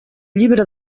llibre